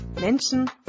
Menschen